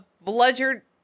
bludger